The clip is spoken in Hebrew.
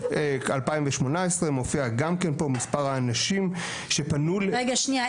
ב-2018 מופיע גם כן פה מספר האנשים שפנו --- רגע שנייה,